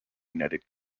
united